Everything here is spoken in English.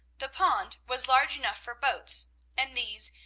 the pond was large enough for boats and these,